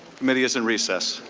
committee is in recess.